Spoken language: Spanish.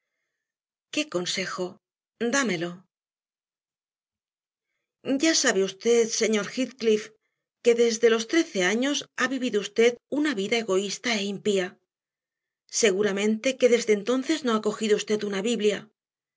qué consejo dámelo ya sabe usted señor heathcliff que desde los trece años ha vivido usted una vida egoísta e impía seguramente que desde entonces no ha cogido usted una biblia